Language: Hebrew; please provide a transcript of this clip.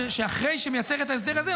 שאחרי שהיא מייצרת את ההסדר הזה,